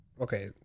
Okay